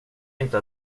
inte